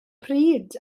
pryd